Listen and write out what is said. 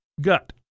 gut